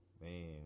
Man